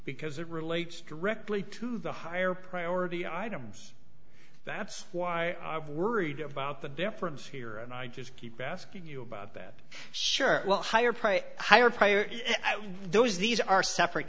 because it relates directly to the higher priority items that's why i've worried about the difference here and i just keep asking you about that sure well higher price higher